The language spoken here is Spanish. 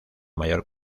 mayor